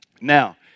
Now